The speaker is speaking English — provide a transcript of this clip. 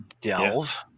delve